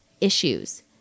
issues